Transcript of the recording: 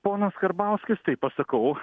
ponas karbauskis tai pasakau